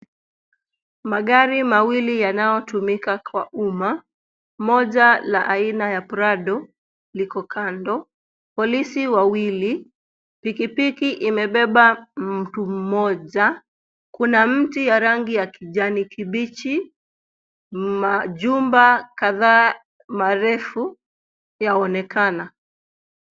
Magari mawili yanayo tumika kwa uma. Moja la aina ya prado liko kando polisi wawili, pikipiki imebeba mtu mmoja kuna miti ya rangi ya kijani kibichi, majumba kadhaa marefu yaonekana.